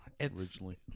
originally